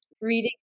reading